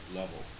level